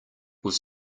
was